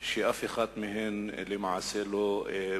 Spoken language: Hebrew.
שלמעשה אף אחת מהן לא מומשה.